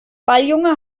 balljunge